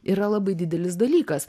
yra labai didelis dalykas